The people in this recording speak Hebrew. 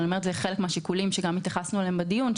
אבל זה חלק מהשיקולים שהתייחסנו אליהם גם בדיון,